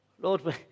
Lord